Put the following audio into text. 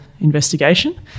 investigation